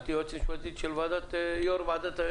שאלתי יועצת משפטית של ועדת הקורונה